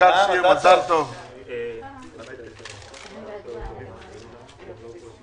הישיבה ננעלה בשעה 10:40.